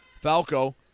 Falco